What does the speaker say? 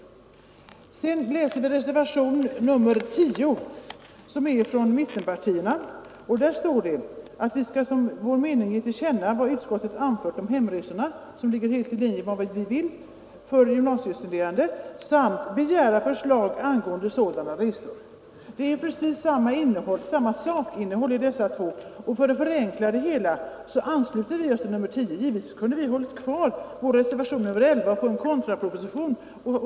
Om jag sedan går till mittenpartiernas reservation, nr 10, så hemställer man där att riksdagen ”i skrivelse till Kungl. Maj:t som sin mening ger till känna vad utskottet anfört om hemresor för gymnasiestuderande” — det ligger sålunda helt i linje med vad vi vill — ”samt begär förslag angående sådana resor”. Det är precis samma sakinnehåll i de två reservationerna, och för att förenkla det hela ansluter vi oss till reservationen 10. Givetvis kunde vi ha hållit fast vid vår reservation 11 och fått en kontraproposition till huvudvoteringen.